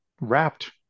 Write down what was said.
wrapped